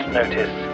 notice